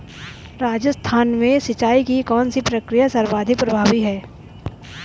राजस्थान में सिंचाई की कौनसी प्रक्रिया सर्वाधिक प्रभावी है?